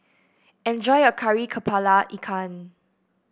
enjoy your Kari kepala Ikan